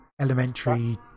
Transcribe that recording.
elementary